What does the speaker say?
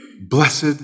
Blessed